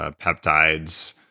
ah peptides,